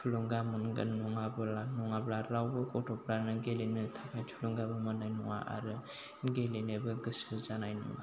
थुलुंगा मोनगोन नङाबोला नङाब्ला रावबो गथ'फ्रानो गेलेनो थाखाय थुलुंगाबो मोननाय नङा आरो गेलेनोबो गोसो जानाय नङा